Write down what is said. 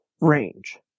range